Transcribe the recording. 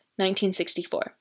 1964